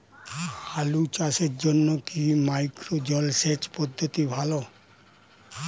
আলু চাষের জন্য কি মাইক্রো জলসেচ পদ্ধতি ভালো?